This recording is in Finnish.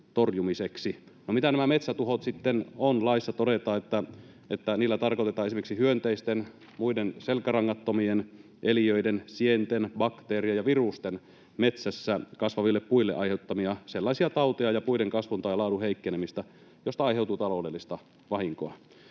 mitä nämä metsätuhot sitten ovat? Laissa todetaan, että niillä tarkoitetaan esimerkiksi hyönteisten, muiden selkärangattomien eliöiden, sienten, bakteerien ja virusten metsässä kasvaville puille aiheuttamia sellaisia tauteja ja puiden kasvun tai laadun heikkenemistä, joista aiheutuu taloudellista vahinkoa.